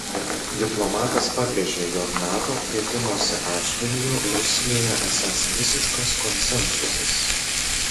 diplomatas pabrėžė jog nato plėtimosi atžvilgiu rusijoje esąs visiškas konsensusas